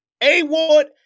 A-Ward